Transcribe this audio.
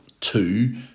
two